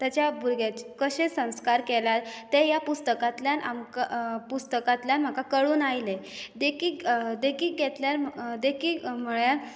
भुरग्याचेर कशे संस्कार केले ते ह्या पुस्तकांतल्यान आमकां पुस्तकांतल्यान म्हाका कळून आयलें देखीक घेतल्यार देखीक देखीक म्हळ्यार